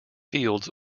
fields